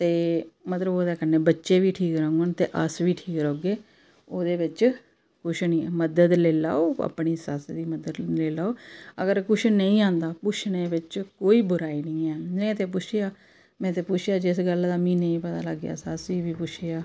ते मतलब ओहदे कन्नै बच्चे बी ठीक रौह्न ते अस बी ठीक रौह्गे ओह्दे बिच किश निं ऐ मदद लेई लैओ अपनी सस्स दी मदद लेई लैओ अगर किश निं औंदा पुच्छने बिच कोई बुराई निं ऐ में ते पुच्छेआ में ते पुच्छेआ जिस गल्ला दा मी निं पता लग्गेआ सस्स गी बी पुच्छेआ